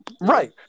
Right